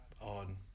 on